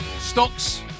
Stocks